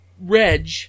Reg